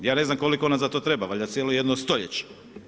Ja ne znam koliko nam za to treba, valjda cijelo jedno stoljeće.